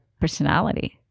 personality